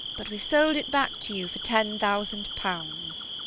but we've sold it back to you for ten thousand pounds.